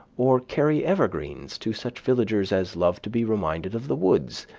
or carry evergreens to such villagers as loved to be reminded of the woods,